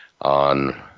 on